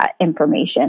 information